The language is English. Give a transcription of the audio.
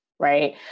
Right